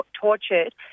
tortured